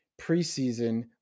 preseason